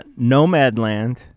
Nomadland